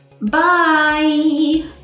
Bye